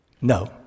No